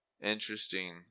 Interesting